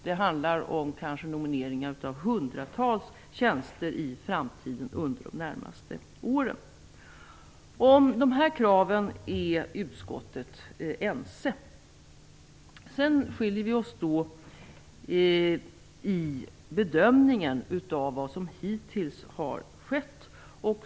Det handlar kanske om nomineringar av hundratals tjänster under de närmaste åren. Om de här kraven är utskottet ense. Sedan skiljer vi oss åt i bedömningen av vad som hittills har skett.